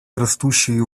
растущую